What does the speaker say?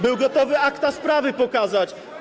Był gotowy akta sprawy pokazać.